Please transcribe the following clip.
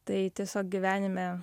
tai tiesiog gyvenime